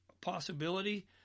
possibility